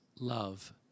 love